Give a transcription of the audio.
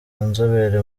nzobere